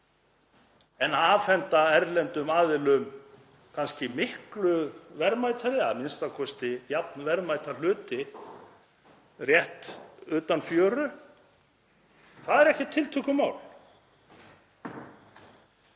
En að afhenda erlendum aðilum kannski miklu verðmætari, a.m.k. jafn verðmæta hluti rétt utan fjöru, það er ekkert tiltökumál.